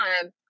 time